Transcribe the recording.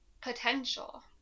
potential